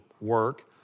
work